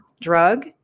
drug